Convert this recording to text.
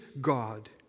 God